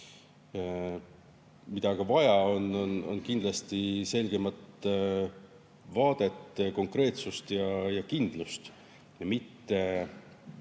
Mida vaja on? Kindlasti selgemat vaadet, konkreetsust ja kindlust, mitte